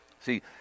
See